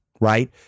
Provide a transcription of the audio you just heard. right